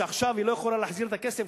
שעכשיו היא לא יכלה להחזיר את הכסף,